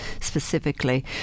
specifically